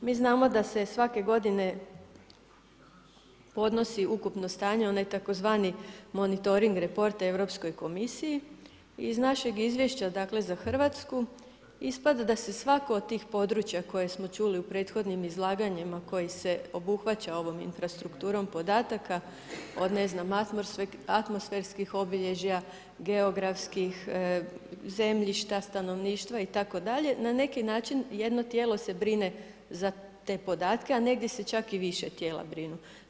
Mi znamo da se svake godine podnosi ukupno stanje onaj tzv. Monitoring reports Europskoj komisiji iz našeg izvješća za Hrvatsku ispada da se svako od tih područja koje smo čuli u prethodnim izlaganjima koji se obuhvaća ovom infrastrukturom podataka od ne znam atmosferskih obilježja, geografskih, zemljišta, stanovništva itd. na neki način jedno tijelo se brine za te podatke, a negdje se čak i više tijela brinu.